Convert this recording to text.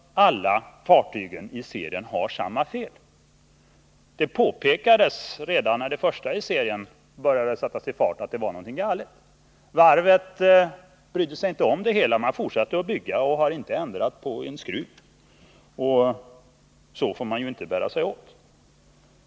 Alla fartygen i serien har samma fel. Redan när det första i serien började gåi fart påpekades att någonting var galet. Varvet brydde sig inte om det utan fortsatte att bygga och har inte ändrat en enda skruv. Så får man ju inte bära sig åt.